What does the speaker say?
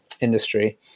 industry